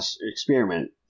experiment